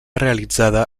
realitzada